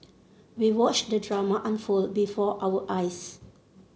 we watched the drama unfold before our eyes